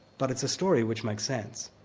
but it's a story which makes sense,